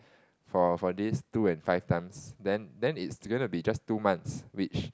for for this two and five times then then it's it's gonna be just two months which